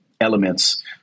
elements